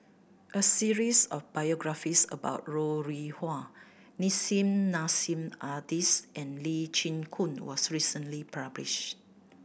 a series of biographies about Ro Rih Hwa Nissim Nassim Adis and Lee Chin Koon was recently published